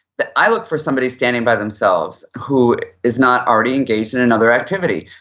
but i look for somebody standing by themselves who is not already engaged in another activity.